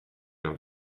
and